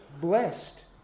blessed